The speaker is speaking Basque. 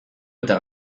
eta